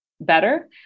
better